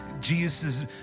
Jesus